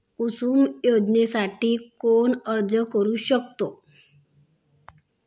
कुसुम योजनेसाठी कोण अर्ज करू शकतो?